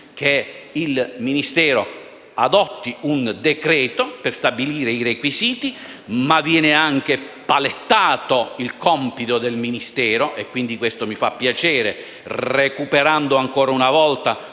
che il Ministero adotti un decreto per stabilire i requisiti, ma viene anche palettato il compito del Ministero stesso - e questo mi fa piacere - recuperando ancora una volta